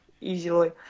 easily